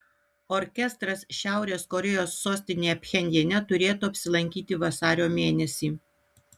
orkestras šiaurės korėjos sostinėje pchenjane turėtų apsilankyti vasario mėnesį